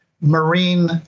marine